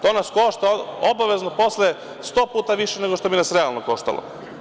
To nas košta obavezno posle 100 puta više nego što bi nas realno koštalo.